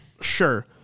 sure